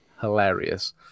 hilarious